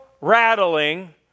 rattling